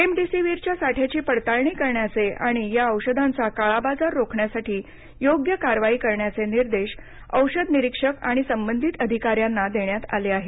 रेमडिसीवीरच्या साठ्याची पडताळणी करण्याचे आणि या औषधांचा काळाबाजार रोखण्यासाठी योग्य कारवाई करण्याचे निर्देश औषध निरीक्षक आणि संबंधित अधिकाऱ्यांना देण्यात आले आहेत